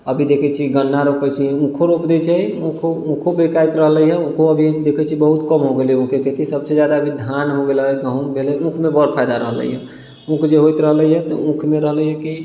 अभी देखै छी गन्ना रोपै छै ऊखो रोप दै छै ऊखो बिकाइत रहलैए ऊखो अभी देखै छी बहुत कम हो गेलैए ऊखके खेती अभी सबसे जादा धान हो गेलै गहूॅंम भए गेलै ऊखमे बड़ फायदा रहलैए ऊख जे होइत रहलैए तऽ ऊखमे रहलैए कि